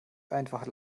einfach